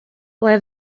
ble